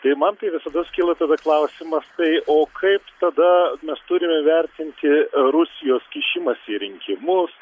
tai man tai visados kyla tada klausimas tai o kaip tada mes turime vertinti rusijos kišimąsi į rinkimus